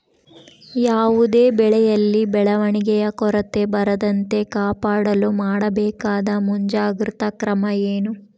ಯಾವುದೇ ಬೆಳೆಯಲ್ಲಿ ಬೆಳವಣಿಗೆಯ ಕೊರತೆ ಬರದಂತೆ ಕಾಪಾಡಲು ಮಾಡಬೇಕಾದ ಮುಂಜಾಗ್ರತಾ ಕ್ರಮ ಏನು?